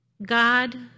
God